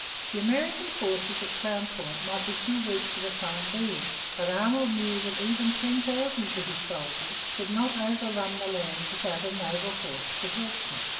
the american forces at crown point might be too weak for the time being. but arnold knew that even ten thousand british soldiers could not overrun the land without a naval force to help them.